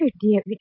dear